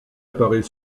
apparaît